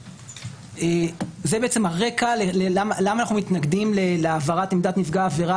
זה הרקע למה אנחנו מתנגדים להעברת עמדת נפגע העבירה